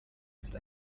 ist